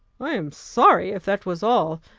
i am sorry, if that was all,